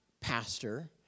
pastor